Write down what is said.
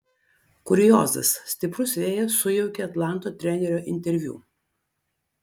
kuriozas stiprus vėjas sujaukė atlanto trenerio interviu